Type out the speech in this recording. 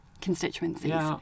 constituencies